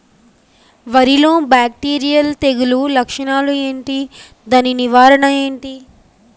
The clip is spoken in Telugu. వరి లో బ్యాక్టీరియల్ తెగులు లక్షణాలు ఏంటి? దాని నివారణ ఏంటి?